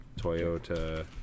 Toyota